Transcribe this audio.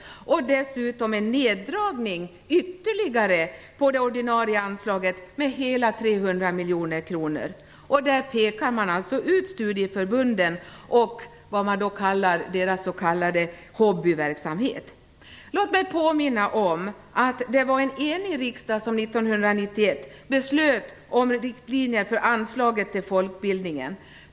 Dessutom föreslår man en ytterligare neddragning av det ordinarie anslaget med hela 300 miljoner kronor. Där pekar man ut studieförbunden och vad man kallar deras hobbyverksamhet. Låt mig påminna om att det var en enig riksdag som 1991 fattade beslut om riktlinjer för anslaget till folkbildningen.